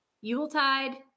Yuletide